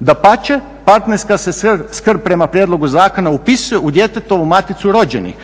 Dapače, partnerska se skrb prema prijedlogu zakona upisuje u djetetovu maticu rođenih,